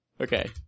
Okay